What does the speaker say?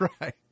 right